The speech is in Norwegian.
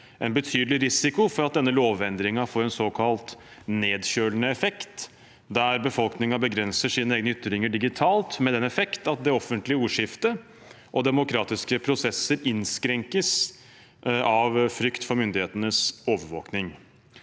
en betydelig risiko for at denne lovendringen får en såkalt nedkjølende effekt, der befolkningen begrenser sine egne ytringer digitalt, med den effekt at det offentlige ordskiftet og demokratiske prosesser innskrenkes av frykt for myndighetenes overvåkning.